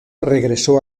regresó